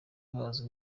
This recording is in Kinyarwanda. bazwi